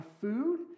food